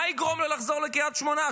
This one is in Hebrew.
מה יגרום לו לחזור לקריית שמונה?